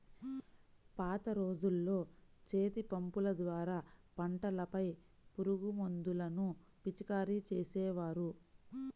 పాత రోజుల్లో చేతిపంపుల ద్వారా పంటలపై పురుగుమందులను పిచికారీ చేసేవారు